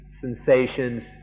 sensations